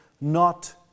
Not